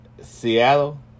Seattle